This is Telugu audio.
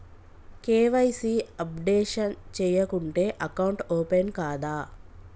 కే.వై.సీ అప్డేషన్ చేయకుంటే అకౌంట్ ఓపెన్ కాదా?